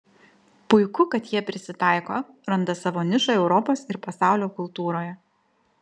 puiku kad jie prisitaiko randa savo nišą europos ir pasaulio kultūroje